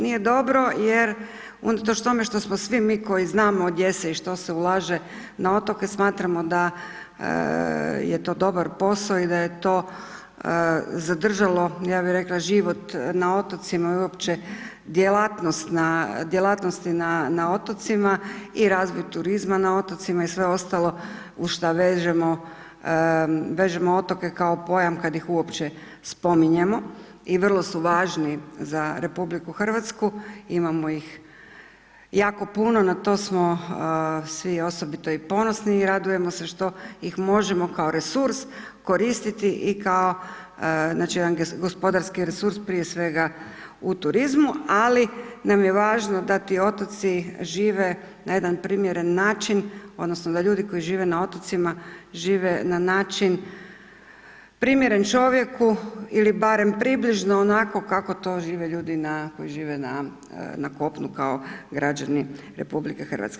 Nije dobro, jer unatoč tome koji znamo gdje se i što se ulaže na otoke, smatramo da je to dobar posao i da je to zadržao, ja bi rekla život na otocima i uopće djelatnosti na otocima i razvoj turizma na otocima i sve ostalo uz šta vežemo, vežemo otoke kao pojam kad ih uopće spominjemo i vrlo su važni za RH, imamo ih jako puno, na to smo svi osobito i ponosni, radujemo se što ih možemo kao resurs koristiti i kao, znači, jedan gospodarski resurs, prije svega u turizmu, ali nam je važno da ti otoci žive na jedan primjeran način odnosno da ljudi koji žive na otocima žive na način primjeren čovjeku ili barem približno onako kako to žive ljudi na, koji žive na kopnu kao građani RH.